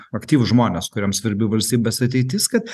aktyvūs žmonės kuriem svarbi valstybės ateitis kad